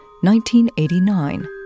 1989